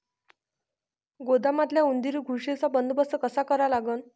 गोदामातल्या उंदीर, घुशीचा बंदोबस्त कसा करा लागन?